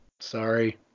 sorry